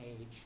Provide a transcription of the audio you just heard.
age